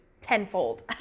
tenfold